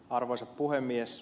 arvoisa puhemies